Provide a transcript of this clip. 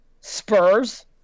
Spurs